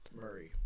Murray